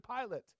Pilate